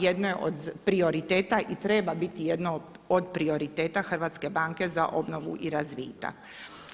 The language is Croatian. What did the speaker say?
Jedno je od prioriteta i treba biti jedno od prioriteta Hrvatske banke za obnovu i razvitak.